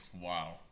wow